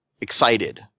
excited